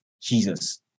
Jesus